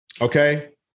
Okay